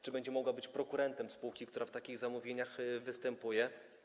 Czy będzie mogła być prokurentem spółki, która w takich zamówieniach występuje?